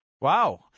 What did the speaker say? Wow